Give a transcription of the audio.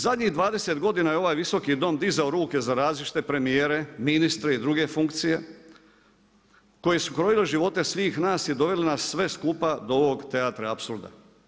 Zadnjih 20 godina je ovaj Visoki dom dizao ruke za različite premijere, ministre i druge funkcije koji su krojili živote svih nas i doveli nas sve skupa do ovog teatra apsurda.